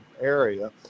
area